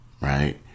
right